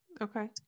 Okay